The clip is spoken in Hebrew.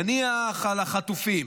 נניח על החטופים,